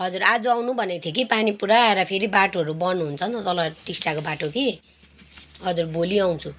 हजुर आज आउनु भनेको थिएँ कि पानी पुरा आएर फेरि बाटोहरू बन्द हुन्छ नि त तल टिस्टाको बाटो कि हजुर भोलि आउँछु